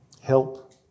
help